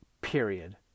period